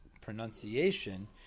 pronunciation